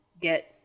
get